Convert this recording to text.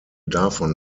davon